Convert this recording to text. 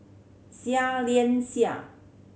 Seah Liang Seah